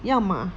要么